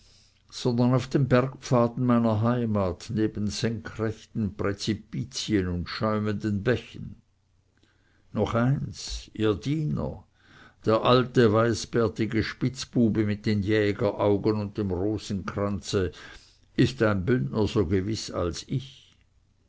sondern auf den bergpfaden meiner heimat neben senkrechten präzipizien und schäumenden bachen noch eins ihr diener der alte weißbärtige spitzbube mit den jägeraugen und dem rosenkranze ist ein bündner so gewiß als ich